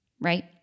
right